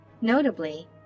Notably